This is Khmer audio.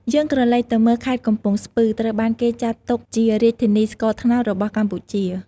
យើងក្រឡេកទៅមើល ខេត្តកំពង់ស្ពឺត្រូវបានគេចាត់ទុកជារាជធានីស្ករត្នោតរបស់កម្ពុជា។